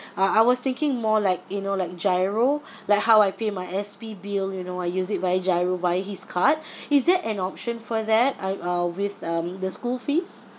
uh I was thinking more like you know like giro like how I pay my S_P bill you know I use it via giro via his card is there an option for that I uh with um the school fees